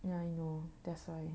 ya I know that's why